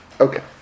Okay